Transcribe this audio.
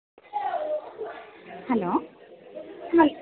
hello